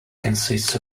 consists